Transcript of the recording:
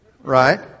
Right